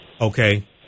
Okay